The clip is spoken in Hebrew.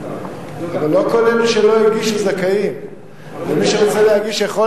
אבל לא כל אלה שלא הגישו זכאים,